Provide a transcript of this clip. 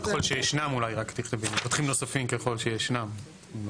מבוטחים נוספים ככל שישנם.